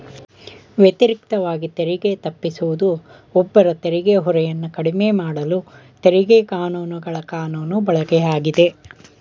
ವ್ಯತಿರಿಕ್ತವಾಗಿ ತೆರಿಗೆ ತಪ್ಪಿಸುವುದು ಒಬ್ಬರ ತೆರಿಗೆ ಹೊರೆಯನ್ನ ಕಡಿಮೆಮಾಡಲು ತೆರಿಗೆ ಕಾನೂನುಗಳ ಕಾನೂನು ಬಳಕೆಯಾಗಿದೆ